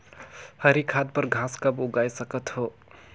हरी खाद बर घास कब उगाय सकत हो?